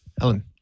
Ellen